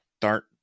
start